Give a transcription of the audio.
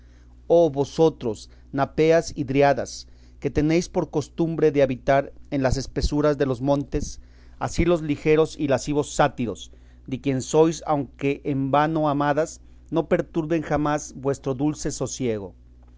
oh vosotras napeas y dríadas que tenéis por costumbre de habitar en las espesuras de los montes así los ligeros y lascivos sátiros de quien sois aunque en vano amadas no perturben jamás vuestro dulce sosiego